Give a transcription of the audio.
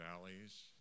valleys